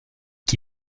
qui